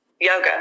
yoga